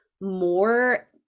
more